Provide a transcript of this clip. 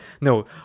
no